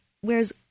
whereas